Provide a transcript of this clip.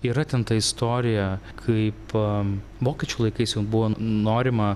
yra ten ta istorija kaip vokiečių laikais jau buvo norima